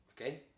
okay